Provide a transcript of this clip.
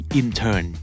intern